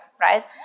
right